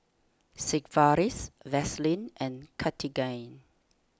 Sigvaris Vaselin and Cartigain